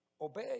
obey